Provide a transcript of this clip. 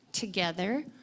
Together